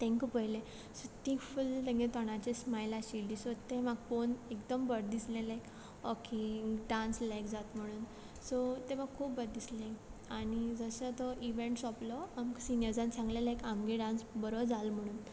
तेंकां पयलें सो ती फुल्ल तेंगे तोंडाचें स्मायल आशिल्ली सो तें म्हाका पोवन एकदम बोरें दिसलें लायक ओके डान्स लायक जाता म्हणून सो तें म्हाका खूब बरें दिसलें आनी जशें तो इवेंट सोंपलो आमकां सिनियर्सांन सांगलें लायक आमगे डान्स बरो जालो म्हणून